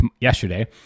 yesterday